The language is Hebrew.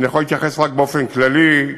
אני יכול להתייחס רק באופן כללי,